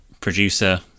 producer